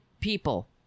people